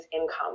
income